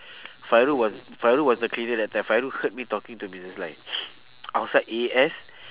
fairul was fairul was the cleaner that time fairul heard me talking to missus lai outside A_S